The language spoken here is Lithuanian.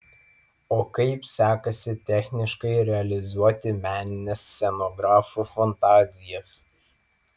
o kaip sekasi techniškai realizuoti menines scenografų fantazijas